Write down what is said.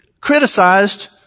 Criticized